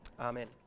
Amen